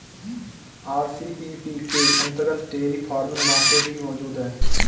RCEP के अंतर्गत dairy farming market भी मौजूद है